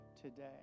today